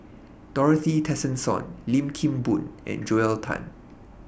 Dorothy Tessensohn Lim Kim Boon and Joel Tan